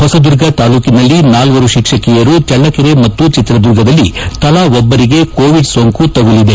ಹೊಸದುರ್ಗ ತಾಲ್ಲೂಕಿನಲ್ಲಿ ನಾಲ್ವರು ಶಿಕ್ಷಕಿಯರು ಚಳ್ಳಕೆರೆ ಮತ್ತು ಚಿತ್ರದುರ್ಗದಲ್ಲಿ ತಲಾ ಒಬ್ಬರಿಗೆ ಕೊವಿಡ್ ಸೋಂಕು ತಗುಲಿದೆ